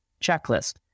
checklist